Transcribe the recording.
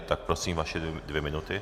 Tak prosím, vaše dvě minuty.